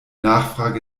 nachfrage